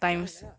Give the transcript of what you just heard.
ya lah ya lah